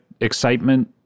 excitement